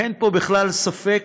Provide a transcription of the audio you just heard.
אין פה בכלל ספק,